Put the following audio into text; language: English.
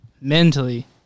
mentally